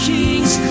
Kings